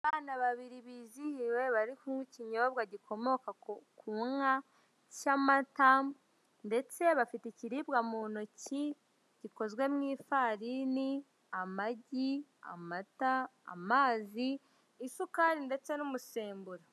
Abana babiri bizihiwe bari kunywa ikinyobwa gikokomoka ku nka cy'amata, ndetse bafite ikiribwa mu ntoki gikozwe mu ifarini, amagi, amata, amazi, isukari ndetse n'umusemburo.